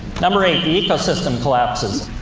number eight the ecosystem collapses.